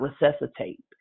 resuscitate